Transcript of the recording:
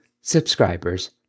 subscribers